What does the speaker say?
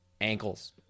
Ankles